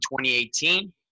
2018